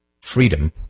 freedom